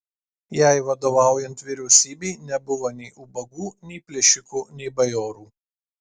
jai vadovaujant vyriausybei nebuvo nei ubagų nei plėšikų nei bajorų